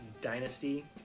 Dynasty